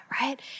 right